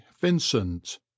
Vincent